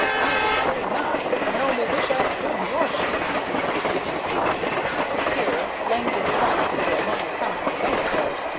i should say not, and only wish i stood in your shoes but, you see here langdon plunged into a long account of his own affairs,